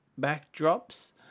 backdrops